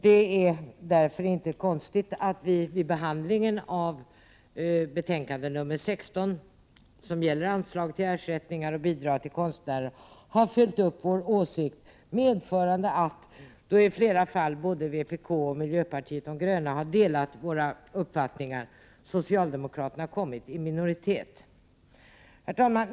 Det är därför inte konstigt att vi vid behandlingen av kulturutskottets betänkande 16, som gäller Anslag till ersättningar och bidrag till konstnärer, har följt upp vår åsikt, medförande att, då i flera fall både vpk och miljöpartiet de gröna delat våra uppfattningar, socialdemokraterna kommit i minoritet. Herr talman!